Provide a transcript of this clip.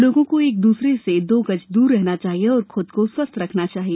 लोगों को एक दूसरे से दो गज दूर रहना चाहिए और ख्द को स्वस्थ रखना चाहिए